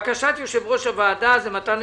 אם נהיה